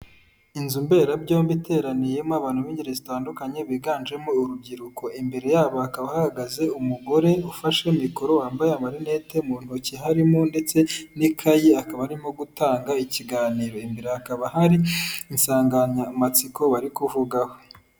Inzu mberabyombi iteraniyemo abantu b'ingeri zitandukanye biganjemo urubyiruko, imbere yabo hakaba hahagaze umugore ufashe mikoro, wambaye amarinete, mu ntoki harimo ndetse n'ikayi, akaba arimo gutanga ikiganiro, imbere hakaba hari insanganyamatsiko bari kuvugaho.